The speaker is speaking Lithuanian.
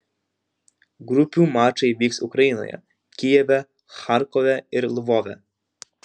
grupių mačai vyks ukrainoje kijeve charkove ir lvove